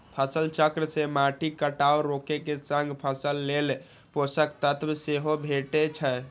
फसल चक्र सं माटिक कटाव रोके के संग फसल लेल पोषक तत्व सेहो भेटै छै